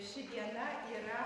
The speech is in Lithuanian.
ši diena yra